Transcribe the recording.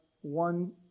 one